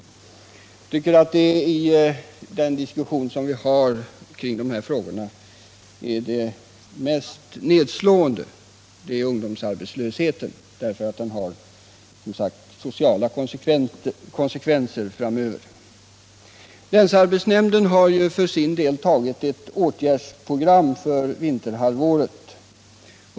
Jag tycker att det mest nedslående när det gäller de här frågorna är ungdomsarbetslösheten, eftersom den som sagt även får sociala konsekvenser framöver. Länsarbetsnämnden har för sin del antagit ett åtgärdsprogram för vinterhalvåret.